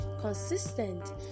consistent